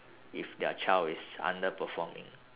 if their child is underperforming